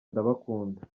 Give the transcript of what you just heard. ndabakunda